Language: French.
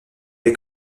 est